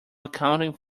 accounting